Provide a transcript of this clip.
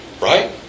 Right